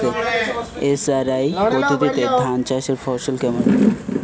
SRI পদ্ধতিতে ধান চাষের ফলন কেমন?